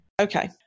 Okay